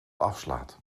afslaat